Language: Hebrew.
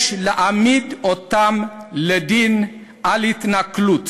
יש להעמיד אותם לדין על התנכלות